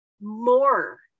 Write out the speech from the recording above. more